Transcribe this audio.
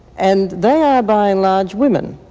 and they are, by and large, women,